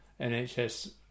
NHS